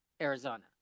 Arizona